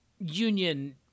union